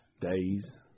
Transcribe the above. days